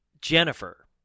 Jennifer